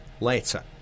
later